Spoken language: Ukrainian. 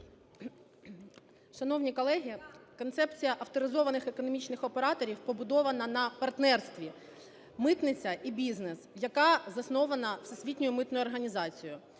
Шановні колеги, концепція авторизованих економічних операторів побудована на партнерстві "митниця і бізнес", яка заснована Всесвітньою митною організацією.